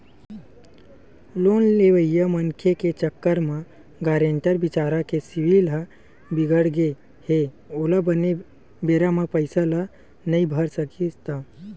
loan लेवइया मनखे के चक्कर म गारेंटर बिचारा के सिविल ह बिगड़गे हे ओहा बने बेरा म पइसा ल नइ भर सकिस त